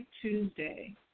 Tuesday